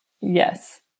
Yes